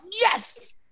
yes